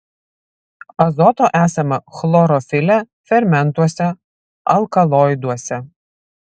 azoto esama chlorofile fermentuose alkaloiduose